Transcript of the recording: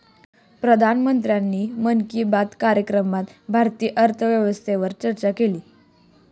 पंतप्रधानांनी मन की बात कार्यक्रमात भारतीय अर्थव्यवस्थेवर चर्चा केली